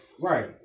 right